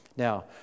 Now